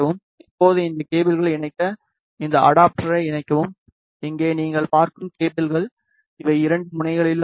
இப்போது இந்த கேபிள்களை இணைக்க இந்த அடாப்டரை இணைக்கவும் இங்கே நீங்கள் பார்க்கும் கேபிள்கள் இவை இரண்டு முனைகளிலும் எஸ்